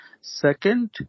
Second